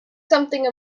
something